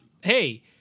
hey